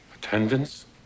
Attendance